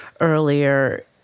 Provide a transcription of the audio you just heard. earlier